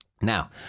Now